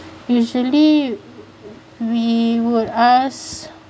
usually we would ask